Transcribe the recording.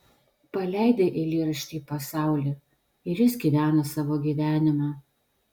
paleidai eilėraštį į pasaulį ir jis gyvena savo gyvenimą